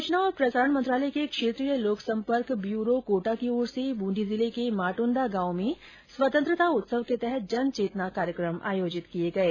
सूचना और प्रसारण मंत्रालय के क्षेत्रीय लोक सम्पर्क ब्यूरो कोटा की ओर से बूंदी जिले के माट्रदा गांव में स्वतंत्रता उत्सव के तहत जन चेतना कार्येकम आयोजित किये गये